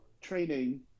training